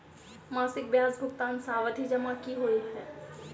मासिक ब्याज भुगतान सावधि जमा की होइ है?